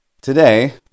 Today